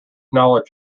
knowledge